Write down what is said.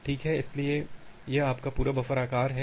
ठीक है इसलिए यह आपका पूरा बफर आकार है